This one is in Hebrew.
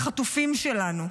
לחטופים שלנו,